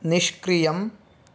निष्क्रियम्